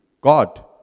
God